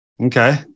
Okay